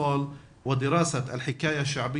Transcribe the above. ספרות ילדים וחקר הסיפור העממי